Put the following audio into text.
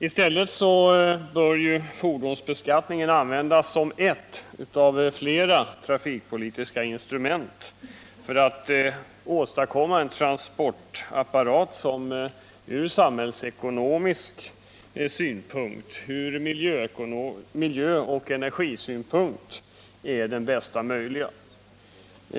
I stället bör fordonsbeskattningen användas som ett av flera trafikpolitiska instrument för att åstadkomma en transportapparat som från samhällsekonomisk synpunkt, från miljöoch energipolitisk synpunkt är den bästa möjliga.